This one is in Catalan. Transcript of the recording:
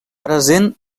present